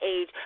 age